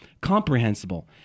comprehensible